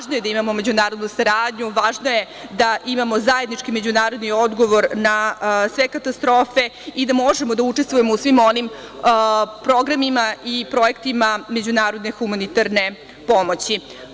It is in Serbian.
Važno je da imamo međunarodnu saradnju, važno je da imamo zajednički međunarodni odgovor na sve katastrofe i da možemo da učestvujemo u svim onim programima i projektima međunarodne humanitarne pomoći.